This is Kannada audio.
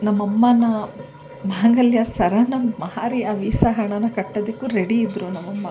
ನಮ್ಮಮ್ಮನ ಮಾಂಗಲ್ಯ ಸರನ ಮಾರಿ ಆ ವೀಸಾ ಹಣಾನ ಕಟ್ಟೋದಕ್ಕೂ ರೆಡಿ ಇದ್ದರು ನಮ್ಮಮ್ಮ